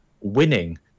winning